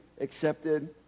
accepted